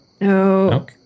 No